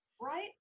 Right